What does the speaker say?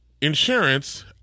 insurance